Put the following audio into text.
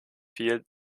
viel